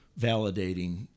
validating